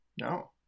No